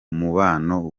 mubano